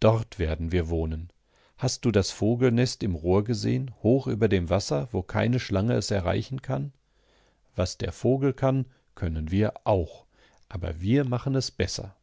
dort werden wir wohnen hast du das vogelnest im rohr gesehen hoch über dem wasser wo keine schlange es erreichen kann was der vogel kann können wir auch aber wir machen es besser